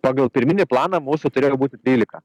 pagal pirminį planą mūsų turėjo būti trylika